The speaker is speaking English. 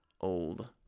old